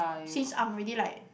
since I'm already like